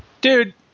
Dude